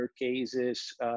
cases